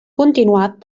continuat